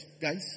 guys